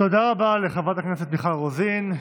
תודה רבה לחברת הכנסת מיכל רוזין.